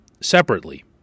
separately